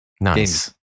Nice